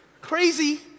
crazy